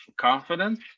confidence